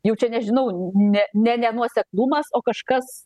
jau čia nežinau ne ne nenuoseklumas o kažkas